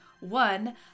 One